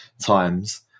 times